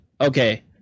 Okay